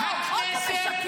-- העבריין הנפשע